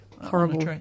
horrible